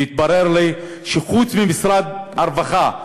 והתברר לי שחוץ ממשרד הרווחה,